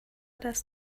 dass